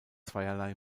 zweierlei